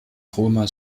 roma